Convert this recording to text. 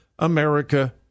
America